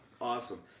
Awesome